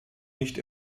nicht